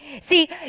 See